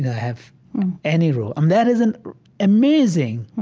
have any role and that is an amazing,